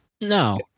No